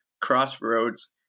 crossroads